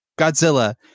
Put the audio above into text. godzilla